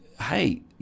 hey